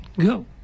Go